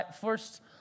first